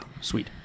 sweet